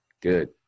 Good